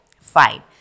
fine